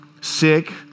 sick